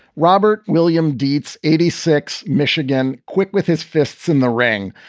robert. william deetz, eighty six, michigan quick with his fists in the ring.